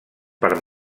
per